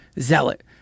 zealot